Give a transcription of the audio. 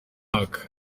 mwaka